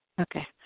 Okay